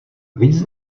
víc